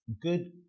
good